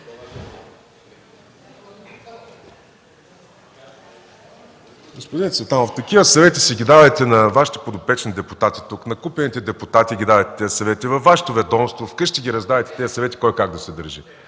Господин Цветанов, такива съвети давайте на Вашите подопечни депутати тук, на купените депутати давайте тези съвети, във Вашето ведомство, вкъщи раздавайте тези съвети кой как да се държи.